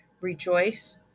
Rejoice